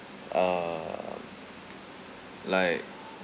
uh like